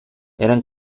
eran